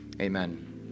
Amen